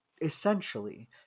essentially